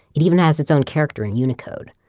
it even has its own character in unicode,